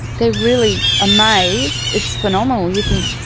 they're really amazed, it's phenomenal. you think,